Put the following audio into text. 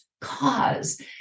cause